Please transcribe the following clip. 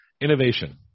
innovation